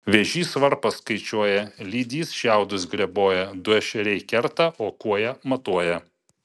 vėžys varpas skaičiuoja lydys šiaudus greboja du ešeriai kerta o kuoja matuoja